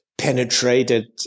penetrated